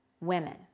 women